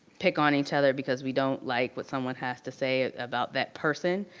pick on each other because we don't like what someone has to say about that person.